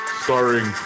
starring